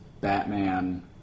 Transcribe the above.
Batman